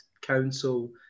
Council